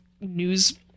news